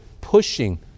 pushing